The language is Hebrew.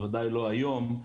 בוודאי לא היום,